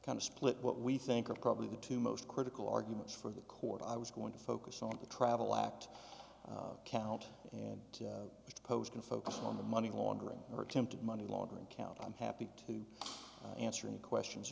kind of split what we think are probably the two most critical arguments for the court i was going to focus on the travel act count and post and focus on the money laundering or attempted money laundering count i'm happy to answer any questions